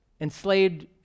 Enslaved